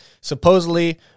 Supposedly